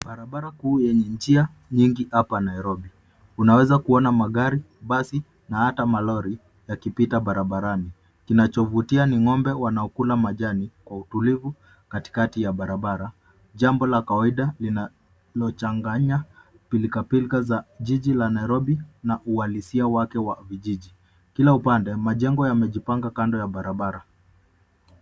Barabara kuu yenye njia nyingi hapa Nairobi. Unaweza kuona magari, basi na ata malori yakipita barabarani. Kinachovutia ni ng'ombe wanaokula majani kwa utulivu katikati ya barabara, jambo la kawaida linalochanganya pilkapilka za jiji la Nairobi na uhalisia wake wa kijiji. Kila upande, majengo yamejipanga kando ya barabara